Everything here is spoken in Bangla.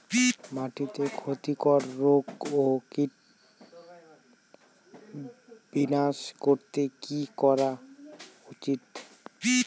মাটিতে ক্ষতি কর রোগ ও কীট বিনাশ করতে কি করা উচিৎ?